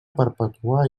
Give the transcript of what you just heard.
perpetuar